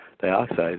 dioxide